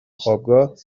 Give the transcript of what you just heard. خوابگاه